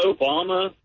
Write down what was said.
Obama